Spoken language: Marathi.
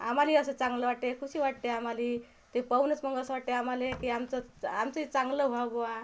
आमालेही असं चांगलं वाटते सुखी वाटते आमालेही ते पाहूनच मग असं वाटते आमाले की आमचं आमचंही चांगलं व्हावं बुवा